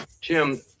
Jim